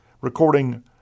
recording